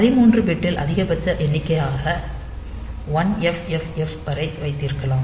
13 பிட்டில் அதிகபட்ச எண்ணிக்கையாக 1FFF வரை வைத்திருக்கலாம்